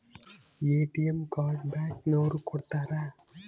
ATM card bank ನವರು ಕೊಡ್ತಾರ